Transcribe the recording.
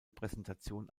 präsentation